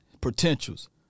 Potentials